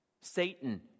satan